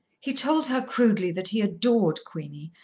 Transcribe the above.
he told her crudely that he adored queenie,